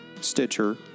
Stitcher